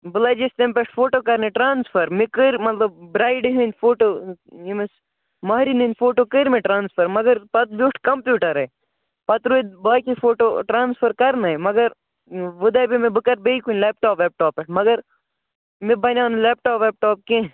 بہٕ لَگے یَس تَمہِ پٮ۪ٹھ فوٹوٗ کَرنہِ ٹرٛانسفَر مےٚ کٔرۍ مطلب برایڈِ ہٕنٛدۍ فوٹوٗ ییٚمِس مَہرِیٚنۍ ہٕنٛدۍ فوٹوٗ کٔرۍ مےٚ ٹرٛانَسفَر مگر پَتہٕ بیٛوٗٹھ کَمپیٛوٗٹَرے پَتہٕ روٗدۍ باقٕے فوٹوٗ ٹرٛانسفَر کَرنَے مگر وۅنۍ دَپیو مےٚ بہٕ کَرٕ بیٚیہِ کُنہِ لیپٹاپ ویپ ٹاپ پٮ۪ٹھ مگر مےٚ بَنیٛاو نہٕ لیپٹاپ ویپ ٹاپ کیٚنٛہہ